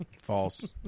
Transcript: False